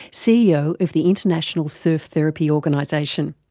ceo of the international surf therapy organisation.